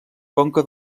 conca